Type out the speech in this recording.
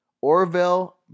Orville